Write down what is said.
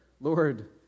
Lord